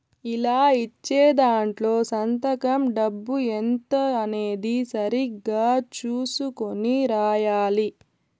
ఇలా ఇచ్చే దాంట్లో సంతకం డబ్బు ఎంత అనేది సరిగ్గా చుసుకొని రాయాలి